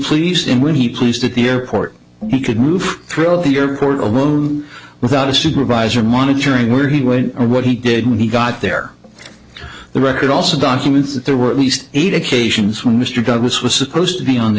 pleased and when he pleased at the airport he could move through the airport alone without a supervisor monitoring where he went or what he did when he got there the record also documents that there were at least eight occasions when mr douglas was supposed to be on the